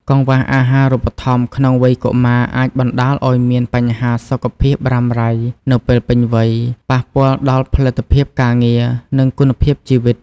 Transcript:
កង្វះអាហារូបត្ថម្ភក្នុងវ័យកុមារអាចបណ្តាលឱ្យមានបញ្ហាសុខភាពរ៉ាំរ៉ៃនៅពេលពេញវ័យ ប៉ះពាល់ដល់ផលិតភាពការងារ និងគុណភាពជីវិត។